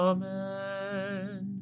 Amen